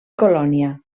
colònia